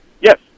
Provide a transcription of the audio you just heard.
yes